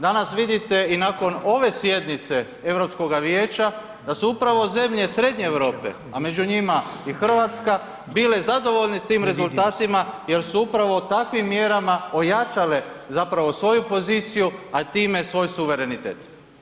Danas vidite i nakon ovdje sjednice EU vijeća da su upravo zemlje srednje Europe, a među njima i Hrvatska, bile zadovoljne s tim rezultatima jer su upravo takvim mjerama ojačale zapravo svoju poziciju, a time svoj suverenitet.